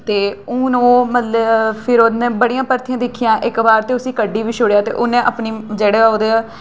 ते हून ओह् मतलब फिर उ'न्नै बड़ियां भर्थियां दिक्खियां इक बार ते उसी कड्ढी बी छोड़ेआ ते उ'न्नै अपनी जेह्ड़े ओह्दे